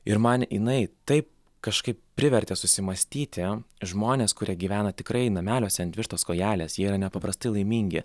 ir man jinai taip kažkaip privertė susimąstyti žmones kurie gyvena tikrai nameliuose ant vištos kojelės jie yra nepaprastai laimingi